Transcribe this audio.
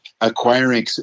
acquiring